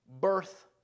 birth